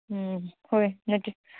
ꯎꯝ ꯍꯣꯏ ꯅꯠꯇꯦ